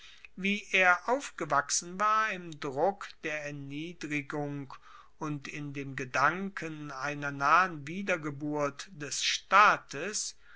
wie er aufgewachsen war im druck der erniedrigung und in dem gedanken einer nahen wiedergeburt des staates